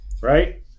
right